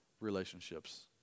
relationships